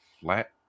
flat